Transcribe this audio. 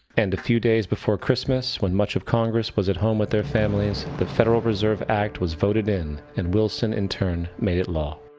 and a few days before christmas when much of congress was at home with their families, the federal reserve act was voted in, and wilson, in turn, made it law.